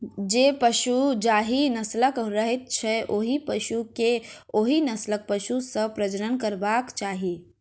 जे पशु जाहि नस्लक रहैत छै, ओहि पशु के ओहि नस्लक पशु सॅ प्रजनन करयबाक चाही